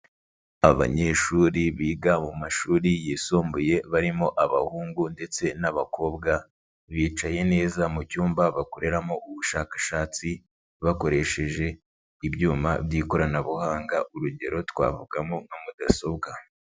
Abanyeshuri biga mu mashuri yisumbuye barimo abahungu ndetse n'abakobwa, bicaye neza mu cyumba bakoreramo ubushakashatsi bakoresheje ibyuma by'ikoranabuhanga urugero twavugamo nka mudasobwa.